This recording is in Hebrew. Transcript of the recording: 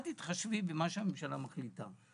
אל תתחשבי במה שהממשלה מחליטה.